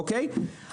פניתי,